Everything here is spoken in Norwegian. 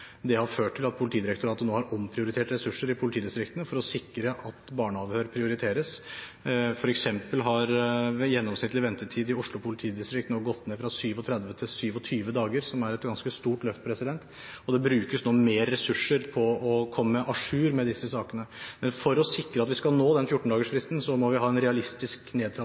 Det har ført til at Politidirektoratet nå har omprioritert ressurser i politidistriktene, for å sikre at barneavhør prioriteres. For eksempel har gjennomsnittlig ventetid i Oslo politidistrikt nå gått ned fra 37 til 27 dager, noe som er et ganske stort løft. Det brukes nå flere ressurser på å komme à jour med disse sakene. Men for å sikre at vi skal nå den 14 dagers-fristen må vi ha en realistisk